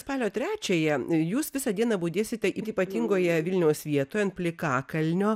spalio trečiąją jūs visą dieną budėsite ypatingoje vilniaus vietoje ant plikakalnio